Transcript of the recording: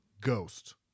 ghost